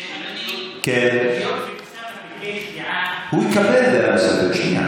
אדוני, היות שאוסאמה ביקש מליאה, הוא יקבל את זה.